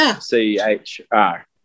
C-H-R